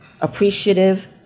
appreciative